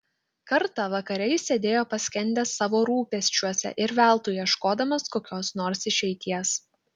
kartą vakare jis sėdėjo paskendęs savo rūpesčiuose ir veltui ieškodamas kokios nors išeities